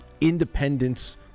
independence